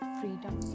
freedom